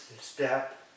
step